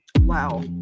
wow